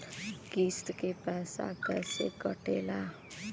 किस्त के पैसा कैसे कटेला?